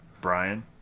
Brian